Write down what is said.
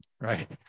right